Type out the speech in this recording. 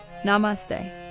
Namaste